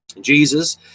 jesus